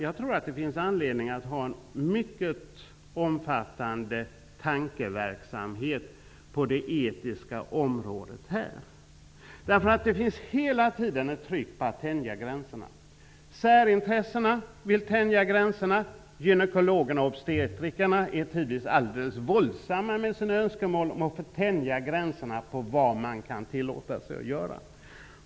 Jag tror att det här finns anledning att ha en mycket omfattande tankeverksamhet på det etiska området. Det finns hela tiden ett tryck på att man skall tänja gränser. Särintressena vill tänja gränserna, gynekologerna och obstetrikerna är tidvis alldeles våldsamma i sina önskemål om att få tänja gränserna för vad man kan tillåta sig att göra.